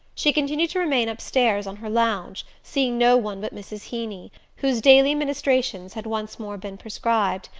she continued to remain upstairs on her lounge, seeing no one but mrs. heeny, whose daily ministrations had once more been prescribed,